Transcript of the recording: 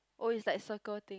oh it's like circle thing